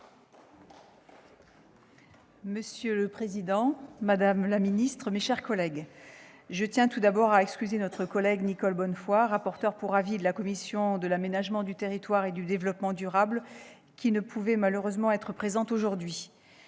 Monsieur le président, madame la ministre, mes chers collègues, je tiens tout d'abord à excuser notre collègue Nicole Bonnefoy, rapporteur pour avis de la commission de l'aménagement du territoire et du développement durable, qui ne pouvait malheureusement être présente aujourd'hui.